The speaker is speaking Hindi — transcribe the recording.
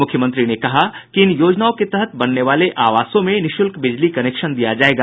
मुख्यमंत्री ने कहा कि इन योजनाओं के तहत बनने वाले आवासों में निःशुल्क बिजली कनेक्शन दिया जायेगा